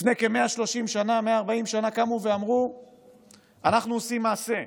לפני 130 שנה, לפני 140 שנה: אנחנו עושים מעשה.